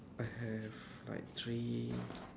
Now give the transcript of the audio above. I have like three